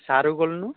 ସାରୁ କଲୁନୁ